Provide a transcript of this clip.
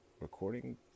recording